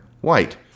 white